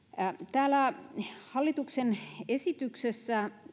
täällä hallituksen esityksessä